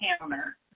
counter